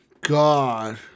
god